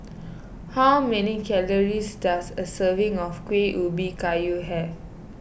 how many calories does a serving of Kuih Ubi Kayu have